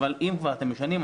אבל אם כבר אתם משנים,